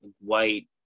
white